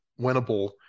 winnable